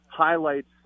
highlights